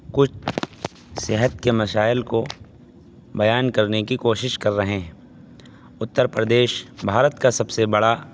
کچھ صحت کے مشائل کو بیان کرنے کی کوشش کر رہے ہیں اتر پردیش بھارت کا سب سے بڑا